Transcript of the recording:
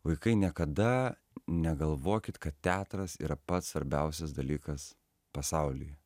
vaikai niekada negalvokit kad teatras yra pats svarbiausias dalykas pasaulyje